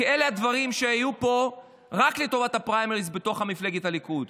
כי אלה דברים שהיו פה רק לטובת הפריימריז בתוך מפלגת הליכוד,